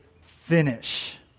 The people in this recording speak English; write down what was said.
finish